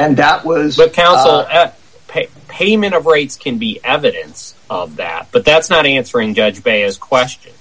and that was paid payment rates can be evidence of that but that's not answering judge bay as question